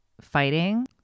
fighting